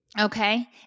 Okay